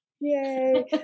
Yay